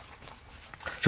সেটার প্রয়োজন নেই